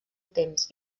temps